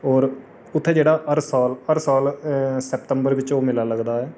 होर उत्थै जेह्ड़ा हर साल हर साल सितंबर बिच ओह् मेला लगदा ऐ